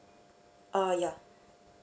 uh ya